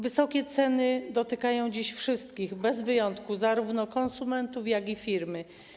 Wysokie ceny dotykają dziś wszystkich bez wyjątku, zarówno konsumentów, jak i firmy.